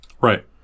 Right